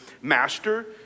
Master